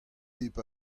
pep